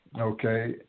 okay